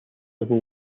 civil